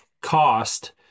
cost